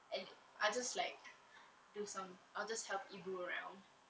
and I just like do some others help ibu around